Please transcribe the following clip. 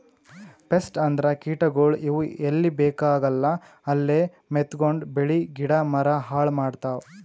pest ಅಂದ್ರ ಕೀಟಗೋಳ್, ಇವ್ ಎಲ್ಲಿ ಬೇಕಾಗಲ್ಲ ಅಲ್ಲೇ ಮೆತ್ಕೊಂಡು ಬೆಳಿ ಗಿಡ ಮರ ಹಾಳ್ ಮಾಡ್ತಾವ್